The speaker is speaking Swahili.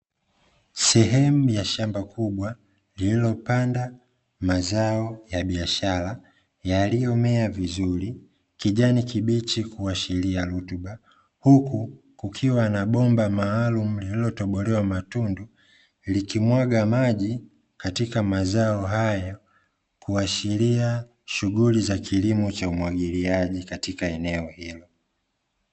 Sehemu ya shamba kubwa, lililopandwa mazao ya biashara yaliyomea vizuri kijani kibichi kuashiria rutuba. Huku kukiwa na bomba maalumu lililotobolewa matundu, likimwaga maji katika mazao hayo, kuashiria shughuli za kilimo cha umwagiliaji katika eneo hilo.